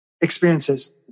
experiences